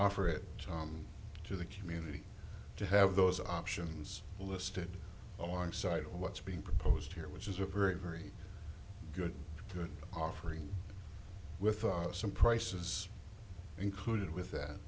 offer it to the community to have those options listed oh i'm site of what's being proposed here which is a very very good good offering with some prices included with that